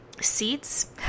seats